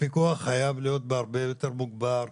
הפיקוח חייב להיות בהרבה יותר מוגבר.